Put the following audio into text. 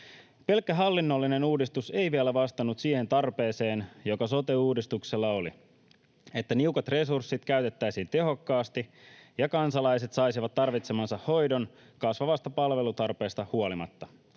Pelkkä hallinnollinen uudistus ei vielä vastannut siihen tarpeeseen, joka sote-uudistuksella oli: että niukat resurssit käytettäisiin tehokkaasti ja kansalaiset saisivat tarvitsemansa hoidon kasvavasta palvelutarpeesta huolimatta.